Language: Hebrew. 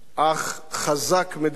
אך חזק מדינית.